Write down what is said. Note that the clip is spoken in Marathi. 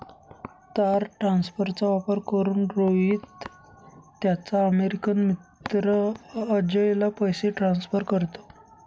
तार ट्रान्सफरचा वापर करून, रोहित त्याचा अमेरिकन मित्र अजयला पैसे ट्रान्सफर करतो